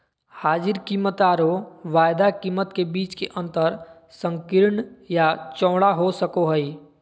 हाजिर कीमतआरो वायदा कीमत के बीच के अंतर संकीर्ण या चौड़ा हो सको हइ